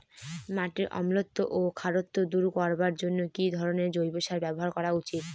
মাটির অম্লত্ব ও খারত্ব দূর করবার জন্য কি ধরণের জৈব সার ব্যাবহার করা উচিৎ?